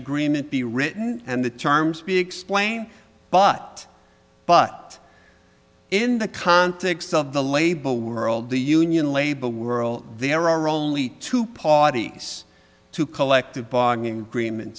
agreement be written and the terms be explained but but in the context of the label world the union label world there are only two parties to collective bargaining agreement